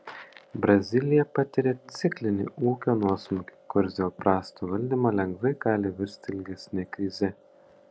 brazilija patiria ciklinį ūkio nuosmukį kuris dėl prasto valdymo lengvai gali virsti ilgesne krize